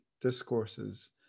discourses